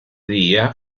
día